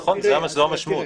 נכון, זו המשמעות.